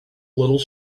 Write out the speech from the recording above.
little